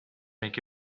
make